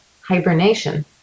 hibernation